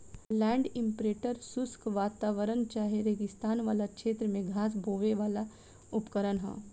land imprinter शुष्क वातावरण चाहे रेगिस्तान वाला क्षेत्र में घास बोवेवाला उपकरण ह